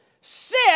sit